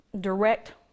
direct